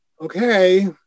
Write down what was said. okay